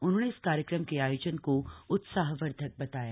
उन्होंने इस कार्यक्रम के आयोजन को उत्साहवर्द्ध बताया